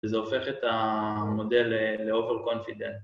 ‫וזה הופך את המודל ל-overconfident.